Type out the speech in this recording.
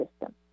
system